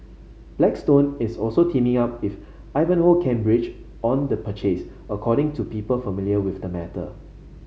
blackstone is also teaming up with Ivanhoe Cambridge on the purchase according to people familiar with the matter